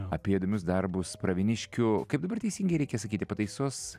apie įdomius darbus pravieniškių kaip dabar teisingai reikia sakyti pataisos